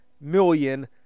million